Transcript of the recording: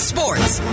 Sports